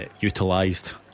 utilised